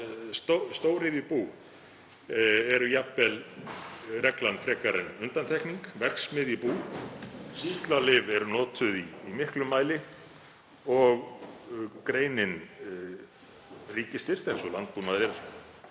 stóriðjubú eru jafnvel reglan frekar en undantekning, verksmiðjubú þar sem sýklalyf eru notuð í miklum mæli, og greinin ríkisstyrkt eins og landbúnaður er eðli